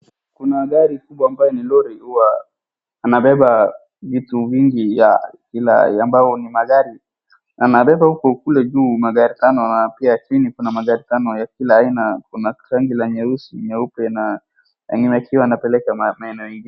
Kuna gari kubwa ambayo ni lori huwa anabeba vitu vingi ya kila, ambayo ni magari. Anabeba huko kule juu magari kama tano, na pia chini kuna magari tano ya kila aina. Kuna gari nyeusi, nyeupe na mwenyewe akiwa anapeleka ma, maeneo mengi..